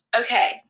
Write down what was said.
Okay